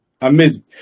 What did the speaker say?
amazing